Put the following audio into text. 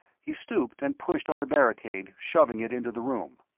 he stooped and pushed on the barricade, shoving it into the room.